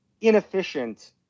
inefficient